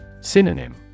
Synonym